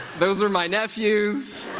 those are my nephews.